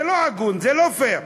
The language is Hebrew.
זה לא הגון, זה לא פייר.